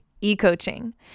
e-coaching